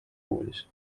kuulis